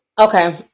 Okay